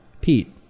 Pete